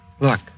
Look